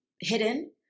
hidden